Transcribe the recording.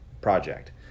project